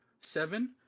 Seven